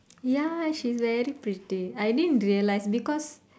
ya she's very pretty I didn't realize because